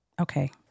Okay